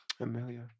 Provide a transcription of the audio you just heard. amelia